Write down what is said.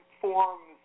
forms